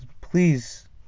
Please